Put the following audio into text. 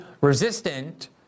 resistant